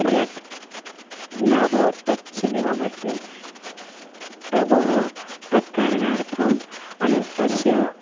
react न अभवत् तत् सिनेमा मध्ये तव तत्कारणार्थम् अस्ति तस्य